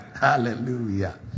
Hallelujah